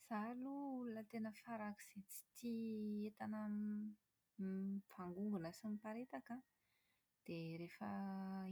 Izaho aloha olona tena farak'izay tsy tia entana m-mivangongona sy miparitaka an, dia rehefa